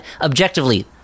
objectively